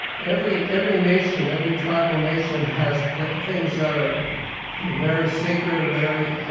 every every nation, every tribal nation has things that are very sacred or very,